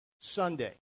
Sunday